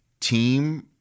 team